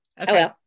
okay